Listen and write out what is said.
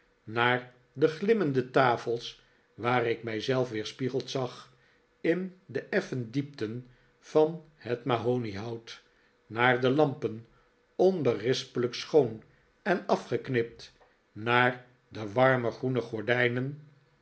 naar de glimmende tafels waar ik mij zelf weerspiegeld zag in de effen diepten van het mahoniehout naar de lampen onberispelijk schoon en afgeknipt naar de warme groene gordijnen